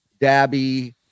dabby